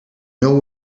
know